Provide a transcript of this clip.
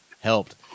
helped